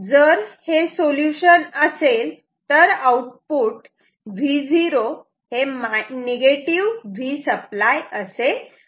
जर हे सोल्युशन असेल तर आउटपुट Vo Vसप्लाय असेल